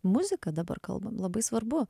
muziką dabar kalbam labai svarbu